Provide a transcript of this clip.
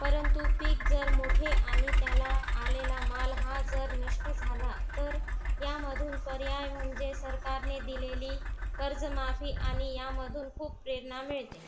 परंतु पीक जर मोठे आणि त्याला आलेला माल हा जर नष्ट झाला तर यामधून पर्याय म्हणजे सरकारने दिलेली कर्जमाफी आणि यामधून खूप प्रेरणा मिळते